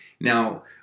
Now